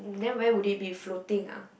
then where would it be floating ah